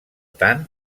tant